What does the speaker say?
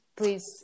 please